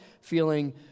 feeling